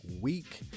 week